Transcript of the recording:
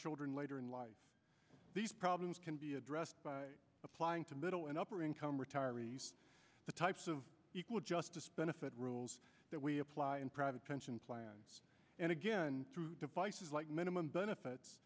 children later in life these problems can be addressed by applying to middle and upper income retirees the types of equal justice benefit rules that we apply in private pension and again through devices like minimum benefits